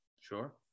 Sure